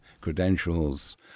credentials